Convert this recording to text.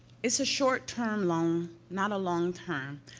it's a short-term loan, not a long-term.